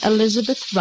Elizabeth